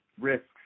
risks